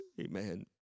Amen